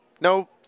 No